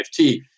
NFT